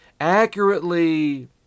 accurately